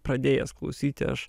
pradėjęs klausyti aš